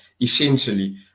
essentially